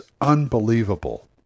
unbelievable